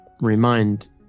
remind